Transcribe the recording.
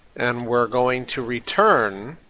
and we're going to return